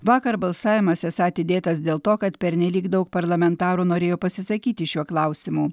vakar balsavimas esą atidėtas dėl to kad pernelyg daug parlamentarų norėjo pasisakyti šiuo klausimu